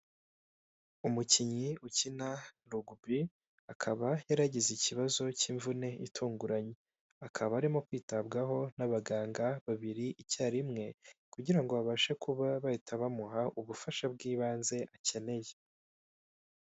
Umukinnyi ukina rugubi akaba yaragize ikibazo cy'imvune itunguranye, akaba arimo kwitabwaho n'abaganga babiri icyarimwe, kugira ngo babashe kuba bahita bamuha ubufasha bw'ibanze akeneye.